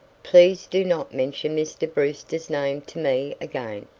please do not mention mr. brewster's name to me again,